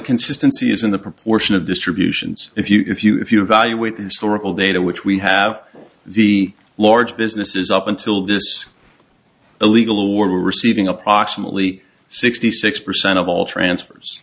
consistency is in the proportion of distributions if you if you if you evaluate the historical data which we have the large businesses up until this illegal war were receiving approximately sixty six percent of all transfers